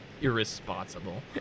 irresponsible